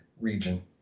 region